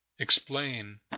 explain